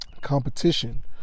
competition